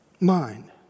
mind